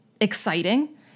exciting